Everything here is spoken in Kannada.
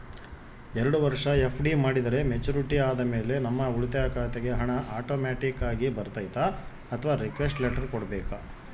ಎರಡು ವರುಷ ಎಫ್.ಡಿ ಮಾಡಿದರೆ ಮೆಚ್ಯೂರಿಟಿ ಆದಮೇಲೆ ನಮ್ಮ ಉಳಿತಾಯ ಖಾತೆಗೆ ಹಣ ಆಟೋಮ್ಯಾಟಿಕ್ ಆಗಿ ಬರ್ತೈತಾ ಅಥವಾ ರಿಕ್ವೆಸ್ಟ್ ಲೆಟರ್ ಕೊಡಬೇಕಾ?